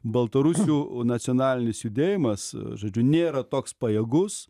baltarusių nacionalinis judėjimas žodžiu nėra toks pajėgus